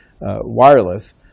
wireless